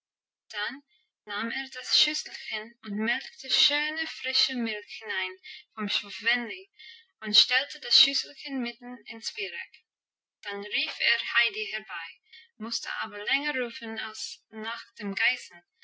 dann nahm er das schüsselchen und melkte schöne frische milch hinein vom schwänli und stellte das schüsselchen mitten ins viereck dann rief er heidi herbei musste aber länger rufen als nach den geißen